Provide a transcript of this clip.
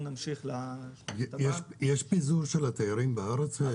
יש פיזור של התיירים בארץ?